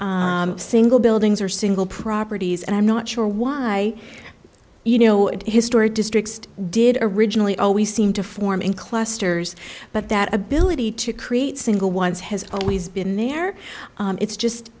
buildings single buildings or single properties and i'm not sure why you know historic districts did originally always seem to form in clusters but that ability to create single ones has always been there it's just